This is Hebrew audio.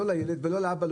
לא לילד ולא לאבא,